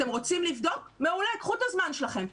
אתם רוצים לבדוק - מעולה, קחו את הזמן שלכם.